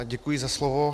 Děkuji za slovo.